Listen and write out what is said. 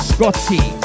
Scotty